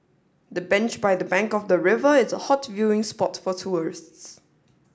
the bench by the bank of the river is a hot viewing spot for tourists